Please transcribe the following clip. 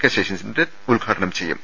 K ശശ്രീന്ദ്രൻ ഉദ്ഘാടനം ചെയ്യും